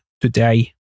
today